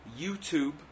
YouTube